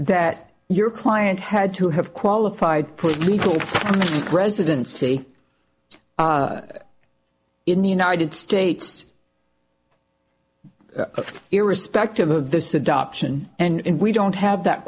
that your client had to have qualified for legal residency in the united states irrespective of this adoption and we don't have that